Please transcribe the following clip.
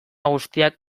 guztiak